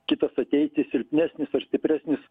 kitas ateiti silpnesnis ar stipresnis